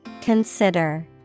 Consider